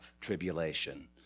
tribulation